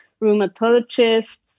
rheumatologists